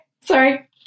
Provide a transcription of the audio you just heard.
Sorry